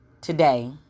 today